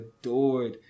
adored